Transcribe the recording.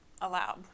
allowed